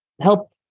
help